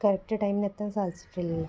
correct ടൈമിന് എത്താന് സാധച്ചിട്ടില്ലല്ലോ